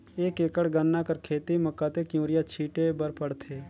एक एकड़ गन्ना कर खेती म कतेक युरिया छिंटे बर पड़थे?